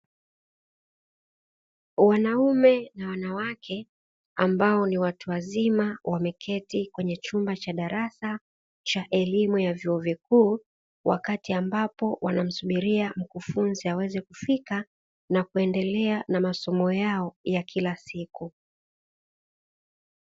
Wanaume na wanawake ambao ni watu wazima, wameketi kwenye chumba cha darasa cha elimu ya vyuo vikuu, wakati ambapo wanamsubiria mkufunzi aweze kufika na kuendelea na masomo yao ya kila siku.